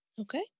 Okay